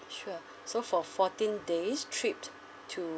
sure so for fourteen days trip to